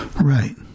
Right